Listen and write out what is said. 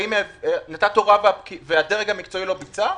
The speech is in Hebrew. האם נתת הוראה והדרג המקצועי לא ביצע,